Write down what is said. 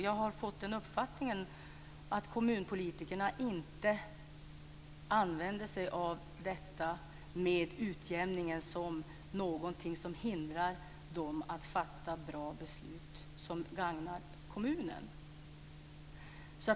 Jag har fått den uppfattningen att kommunpolitikerna inte använder sig av utjämningen som någonting som hindrar dem att fatta bra beslut som gagnar kommunen.